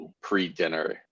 pre-dinner